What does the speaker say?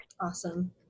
Awesome